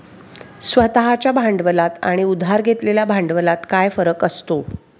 स्वतः च्या भांडवलात आणि उधार घेतलेल्या भांडवलात काय फरक असतो?